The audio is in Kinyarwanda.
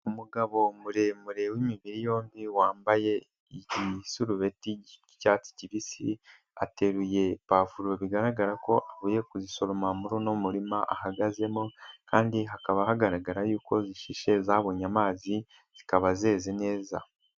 Umugabo muremure w'imibiri yombi wambaye igisurubeti k'icyatsi kibisi, ateruye pavuro bigaragara ko avuye kuzisoroma muri uno murima ahagazemo kandi hakaba hagaragara yuko zishishe zabonye amazi, zikaba zeze neza.